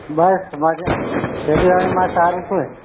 બસ મજામાં ખેતીવાડીમાં સારું છે